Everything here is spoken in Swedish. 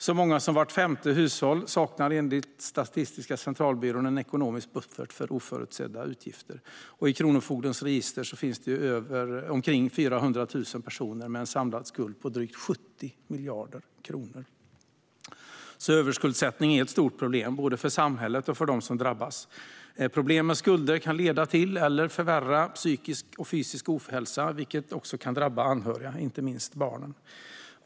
Så många som vart femte hushåll saknar enligt Statistiska centralbyrån en ekonomisk buffert för oförutsedda utgifter. I Kronofogdemyndighetens register finns det omkring 400 000 personer med en samlad skuld på drygt 70 miljarder kronor. Överskuldsättning är ett stort problem både för samhället och för dem som drabbas. Problem med skulder kan leda till eller förvärra psykisk och fysisk ohälsa, vilket även kan drabba anhöriga, inte minst barn.